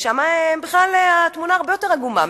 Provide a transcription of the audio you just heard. שם התמונה הרבה יותר עגומה.